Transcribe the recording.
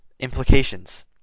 implications